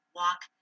walk